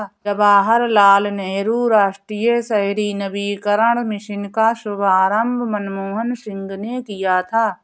जवाहर लाल नेहरू राष्ट्रीय शहरी नवीकरण मिशन का शुभारम्भ मनमोहन सिंह ने किया था